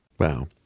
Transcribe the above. Wow